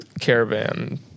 Caravan